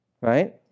right